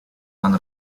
pan